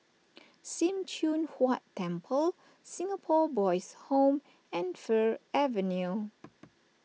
Sim Choon Huat Temple Singapore Boys' Home and Fir Avenue